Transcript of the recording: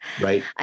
Right